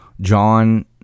John